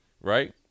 right